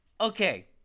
Okay